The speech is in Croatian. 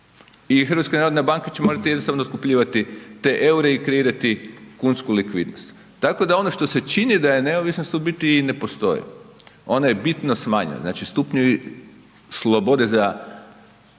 i Hrvatska narodna banka će morati jednostavno otkupljivati te eure i kreirati kunsku likvidnost. Tako da ono što se čini da je neovisnost u biti i ne postoji. Ona je bitno smanjena. Znači stupnji slobode za